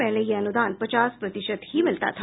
पहले यह अनुदान पचास प्रतिशत ही मिलता था